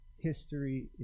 history